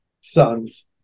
sons